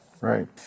Right